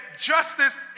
justice